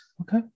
okay